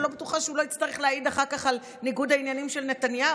אני לא בטוחה שהוא לא יצטרך להעיד אחר כך על ניגוד העניינים של נתניהו,